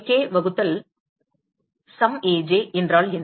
Ak வகுத்தல் சம் Aj என்றால் என்ன